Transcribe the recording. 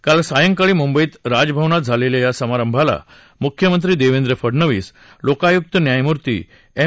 काल सायंकाळी मुंबईत राजभवनात झालेल्या या समारंभाला मुख्यमंत्री देवेंद्र फडनवीस लोकायुक्त न्यायमूर्ती एम